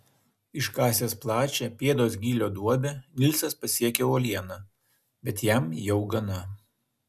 iškasęs plačią pėdos gylio duobę nilsas pasiekia uolieną bet jam jau gana